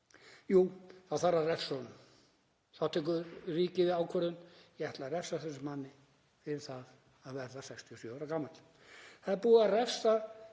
Jú, þá þarf að refsa honum. Þá tekur ríkið ákvörðun: Við ætlum að refsa þessum manni fyrir að verða 67 ára gamall. Það er búið að refsa